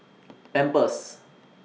Pampers